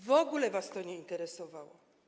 W ogóle was to nie interesowało.